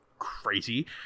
crazy